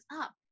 up